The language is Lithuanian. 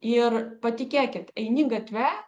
ir patikėkit eini gatve